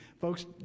Folks